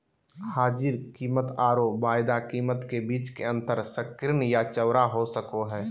हाजिर कीमतआरो वायदा कीमत के बीच के अंतर संकीर्ण या चौड़ा हो सको हइ